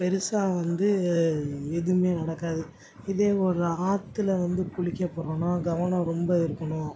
பெருசாக வந்து எதுவுமே நடக்காது இதே ஒரு ஆற்றுல வந்து குளிக்க போகறோம்னா கவனம் ரொம்ப இருக்கணும்